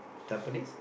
Tampines